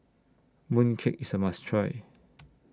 Mooncake IS A must Try